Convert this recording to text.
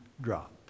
drop